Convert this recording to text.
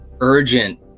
urgent